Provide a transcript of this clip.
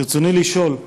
ברצוני לשאול: